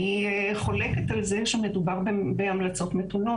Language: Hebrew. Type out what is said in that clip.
אני חולקת על זה שמדובר בהמלצות מתונות.